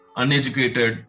uneducated